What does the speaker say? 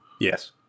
Yes